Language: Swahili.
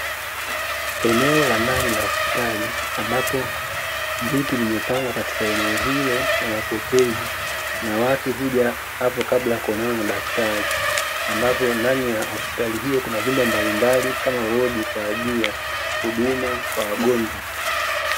Eneo la ndani la hospitali ambalo viti vimepangwa katika eneo hilo la mapokezi na watu huja kabla ya kuonana na daktari, ambapo ndani ya hospitali hio kuna vyumba mbalimbali kama hodi kwajili ya magonjwa.